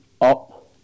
up